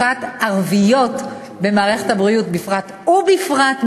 ותעסוקת ערביות במערכת הבריאות בפרט ובפרט,